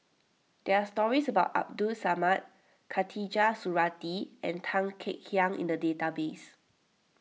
there are stories about Abdul Samad Khatijah Surattee and Tan Kek Hiang in the database